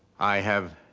i have